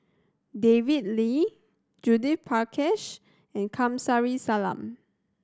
David Lee Judith Prakash and Kamsari Salam